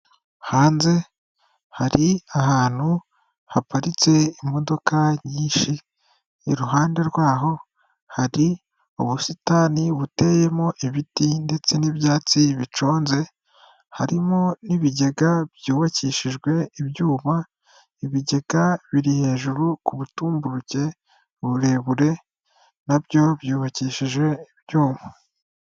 Hanze hari ahantu haparitse imodoka nyinshi, iruhande rwaho hari ubusitani buteyemo ibiti ndetse n'ibyatsi biconze, harimo n'ibigega byubakishijwe ibyuma, ibigega biri hejuru ku butumburuke uburebure, na byo byubakishije ibyuma.